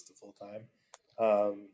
full-time